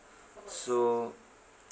so